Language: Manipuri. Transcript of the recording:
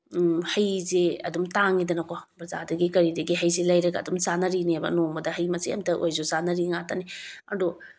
ꯍꯩꯁꯦ ꯑꯗꯨꯝ ꯇꯥꯡꯏꯗꯅꯀꯣ ꯕꯖꯥꯔꯗꯒꯤ ꯀꯔꯤꯗꯒꯤ ꯍꯩꯁꯦ ꯂꯩꯔꯒ ꯑꯗꯨꯝ ꯆꯥꯅꯔꯤꯅꯦꯕ ꯅꯣꯡꯃꯗ ꯍꯩ ꯃꯆꯦꯠ ꯑꯃꯇ ꯑꯣꯏꯔꯁꯨ ꯆꯥꯟꯅꯔꯤ ꯉꯥꯛꯇꯅꯦꯕ ꯑꯗꯣ